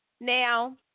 Now